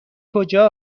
کجا